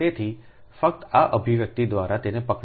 તેથી ફક્ત આ અભિવ્યક્તિ દ્વારા તેને પકડી રાખો L 0